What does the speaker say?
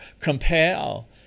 compel